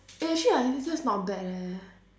eh actually I feel this not bad eh